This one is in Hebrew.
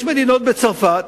יש מדינות, למשל צרפת,